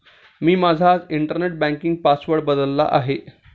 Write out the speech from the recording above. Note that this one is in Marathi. मी आज माझा इंटरनेट बँकिंग पासवर्ड बदलला आहे